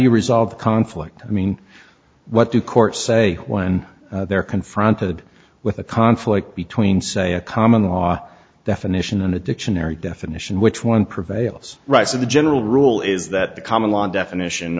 you resolve conflict i mean what do courts say when they're confronted with a conflict between say a common law definition and a dictionary definition which one prevails rights of the general rule is that the common law definition